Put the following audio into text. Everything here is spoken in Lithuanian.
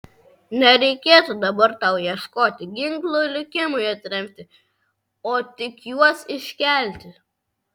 nereikėtų dabar tau ieškoti ginklų likimui atremti o tik juos iškelti